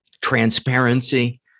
transparency